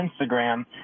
Instagram